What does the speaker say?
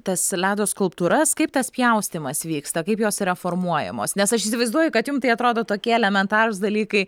tas ledo skulptūras kaip tas pjaustymas vyksta kaip jos yra formuojamos nes aš įsivaizduoju kad jum tai atrodo tokie elementarūs dalykai